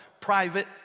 private